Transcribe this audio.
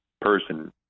person